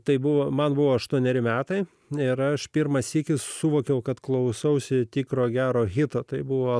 tai buvo man buvo aštuoneri metai nėra aš pirmą sykį suvokiau kad klausausi tikro gero hito tai buvo